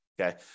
Okay